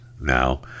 Now